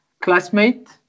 classmate